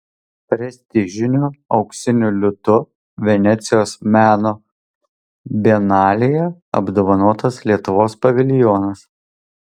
prestižiniu auksiniu liūtu venecijos meno bienalėje apdovanotas lietuvos paviljonas